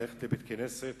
ללכת לבית-הכנסת,